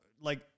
Like-